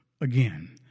again